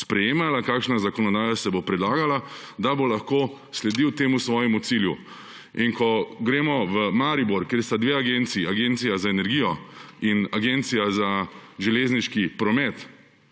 sprejemala, kakšna zakonodaja se bo predlagala, da bo lahko sledil temu svojemu cilju. Ko gremo v Maribor, kjer sta dve agenciji, Agencija za energijo in Agencija za železniški promet,